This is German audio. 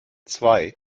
zwei